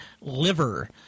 liver